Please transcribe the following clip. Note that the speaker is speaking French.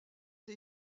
des